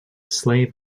slave